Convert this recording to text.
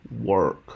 work